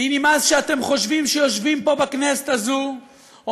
לי נמאס שאתם חושבים שיושבים פה בכנסת הזאת או